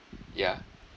yeah